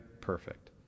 perfect